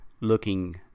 looking